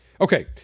Okay